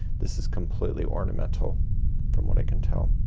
this is completely ornamental from what i can tell.